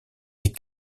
est